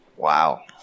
Wow